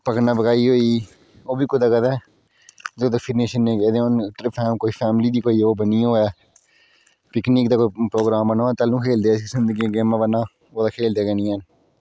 पकड़ना पकाई होई ओह् बी कुतै कदैं जदूं फिरने शिरने गेदे होन फैमली दी कुतै ओह् बनी होऐ पिकनिक दा कोई प्रोगराम बने दा होऐ तैल्लूं खेलदे इस किस्म दियां गेमां बरना ओह् तां खेलदे गै नी हैन